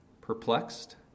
Perplexed